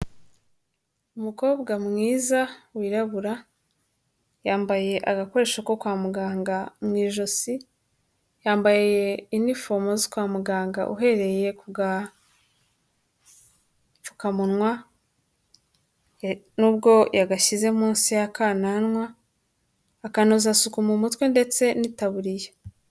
Umukobwa mwiza wirabura yambaye agakoresho ko kwa muganga mu ijosi, yambaye inifomo zo kwa muganga uhereye ku gapfukamunwa nubwo yagashyize munsi ya akananwa, akanozasuku mu mutwe ndetse n'itaburiya.